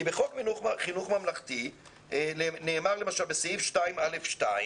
כי בחוק חינוך ממלכתי, נאמר למשל בסעיף 2א(2)